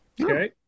Okay